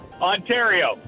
Ontario